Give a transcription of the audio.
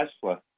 tesla